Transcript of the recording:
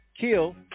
kill